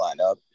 lineup